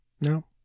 No